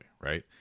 right